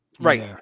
Right